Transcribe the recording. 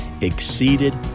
Exceeded